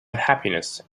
unhappiness